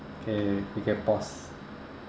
okay we can pause